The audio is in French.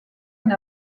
une